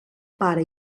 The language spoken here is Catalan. pare